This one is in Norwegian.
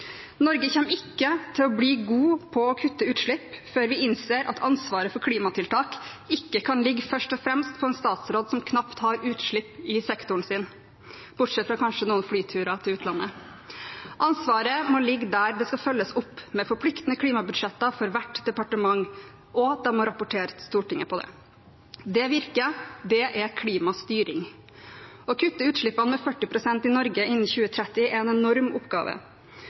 Norge kommer ikke til å bli god på å kutte utslipp før vi innser at ansvaret for klimatiltak ikke først og fremst kan ligge på en statsråd som knapt har utslipp i sektoren sin, bortsett fra kanskje noen flyturer til utlandet. Ansvaret må ligge der det skal følges opp, med forpliktende klimabudsjetter for hvert departement – og de må rapportere til Stortinget. Det virker, det er klimastyring. Å kutte utslippene med 40 pst. i Norge innen 2030 er en enorm oppgave.